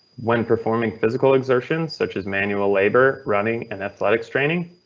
when performing physical exertion such as manual labor, running and athletic straining,